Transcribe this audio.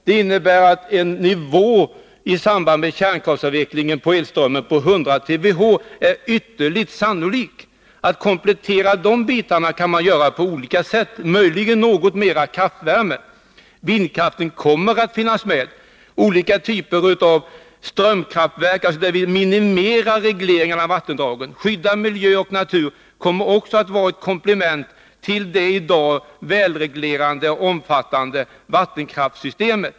Det innebär att en nivå för årsförbrukningen av elström på 100 TWh i samband med kärnkraftavvecklingen framstår som ytterligt sannolikt. Komplettera elproduktionen kan man göra på olika sätt — möjligen något mera kraftvärme. Vindkraften kommer att finns med. Olika typer av strömkraftverk, där vi minimerar regleringen av vattendragen och skyddar miljö och natur, kommer också att vara ett komplement till det i dag väl reglerande och omfattande vattenkraftssystemet.